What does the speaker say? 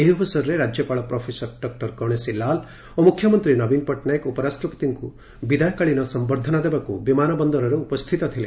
ଏହି ଅବସରରେ ରାଜ୍ୟପାଳ ପ୍ରଫେସର ଡକୁର ଗଶେଶୀ ଲାଲ ଓ ମୁଖ୍ୟମନ୍ତୀ ନବୀନ ପଟ୍ଟନାୟକ ଉପରାଷ୍ଟ୍ରପତିଙ୍କୁ ବିଦାୟକାଳୀନ ସମ୍ମର୍ର୍ର୍ରନା ଦେବାକୁ ବିମାନ ବନ୍ଦରରେ ଉପସ୍ରିତ ଥିଲେ